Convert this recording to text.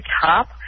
top